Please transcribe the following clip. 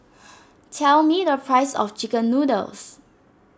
tell me the price of Chicken Noodles